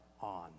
on